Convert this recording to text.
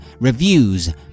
reviews